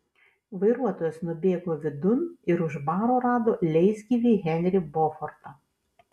vairuotojas nubėgo vidun ir už baro rado leisgyvį henrį bofortą